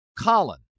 Colin